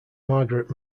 margaret